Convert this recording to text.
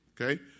okay